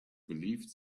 believed